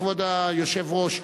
כבוד היושב-ראש,